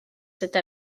cette